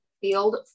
field